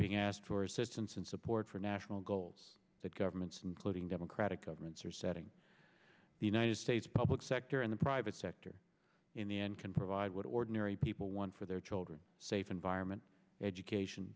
being asked for assistance and support for national goals that governments including democratic governments are setting the united states public sector and the private sector in the end can provide what ordinary people want for their children safe environment education